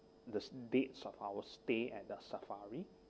the dates of our stay at the safari